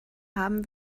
haben